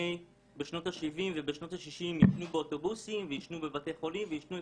שכן יאפשר סיכוי שמשרד הבריאות מקדם את הנושא הזה